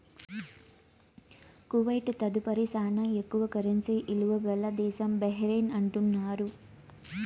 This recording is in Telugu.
కువైట్ తదుపరి శానా ఎక్కువ కరెన్సీ ఇలువ గల దేశం బహ్రెయిన్ అంటున్నారు